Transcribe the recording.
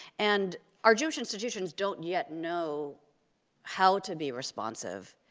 and our jewish institutions don't yet know how to be responsive,